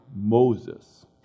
Moses